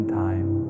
time